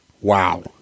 Wow